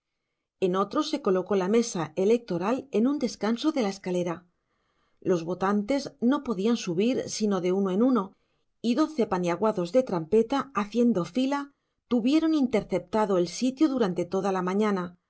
en otro se colocó la mesa electoral en un descanso de escalera los votantes no podían subir sino de uno en uno y doce paniaguados de trampeta haciendo fila tuvieron interceptado el sitio durante toda la mañana